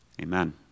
amen